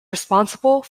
responsible